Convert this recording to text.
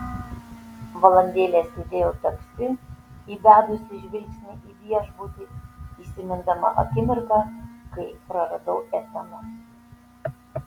valandėlę sėdėjau taksi įbedusi žvilgsnį į viešbutį įsimindama akimirką kai praradau etaną